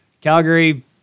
Calgary